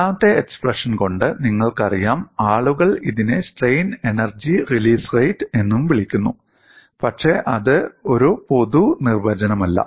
രണ്ടാമത്തെ എക്സ്പ്രഷൻ കൊണ്ട് നിങ്ങൾക്കറിയാം ആളുകൾ ഇതിനെ സ്ട്രെയിൻ എനർജി റിലീസ് റേറ്റ് എന്നും വിളിക്കുന്നു പക്ഷേ അത് ഒരു പൊതു നിർവചനമല്ല